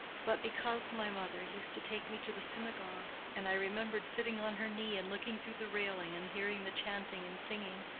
but because my mother used to take me to the synagogue, and i remembered sitting on her knee and looking through the railing and hearing the chanting and singing,